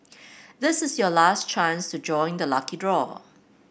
this is your last chance to join the lucky draw